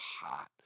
hot